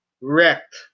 wrecked